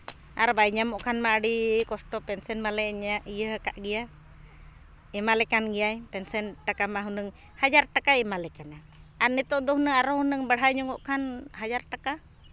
ᱟᱨ ᱵᱟᱭ ᱧᱟᱢᱚᱜ ᱠᱷᱟᱱ ᱢᱟ ᱟᱹᱰᱤ ᱠᱚᱥᱴᱚ ᱯᱮᱱᱥᱮᱱ ᱢᱟᱞᱮ ᱤᱭᱟᱹ ᱟᱠᱟᱫ ᱜᱮᱭᱟ ᱮᱢᱟᱞᱮ ᱠᱟᱱ ᱜᱮᱭᱟᱭ ᱯᱮᱱᱥᱮᱱ ᱴᱟᱠᱟ ᱢᱟ ᱦᱩᱱᱟᱹᱝ ᱦᱟᱡᱟᱨ ᱴᱟᱠᱟᱭ ᱮᱢᱟᱞᱮ ᱠᱟᱱᱟ ᱟᱨ ᱱᱤᱛᱚᱜ ᱫᱚ ᱦᱩᱱᱟᱹᱝ ᱟᱨᱦᱚᱸ ᱦᱩᱱᱟᱹᱝ ᱵᱟᱲᱦᱟᱣ ᱧᱚᱜᱚᱜ ᱠᱷᱟᱱ ᱦᱟᱡᱟᱨ ᱴᱟᱠᱟ